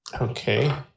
Okay